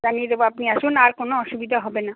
জানিয়ে দেবো আপনি আসুন আর কোনো অসুবিধে হবে না